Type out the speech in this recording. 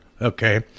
okay